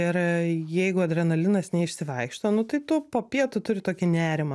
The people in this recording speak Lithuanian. ir jeigu adrenalinas neišsivaikšto nu tai tu po pietų turi tokį nerimą